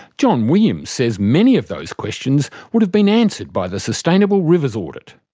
john williams says many of those questions would have been answered by the sustainable rivers audit.